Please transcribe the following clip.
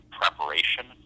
preparation